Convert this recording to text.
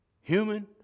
human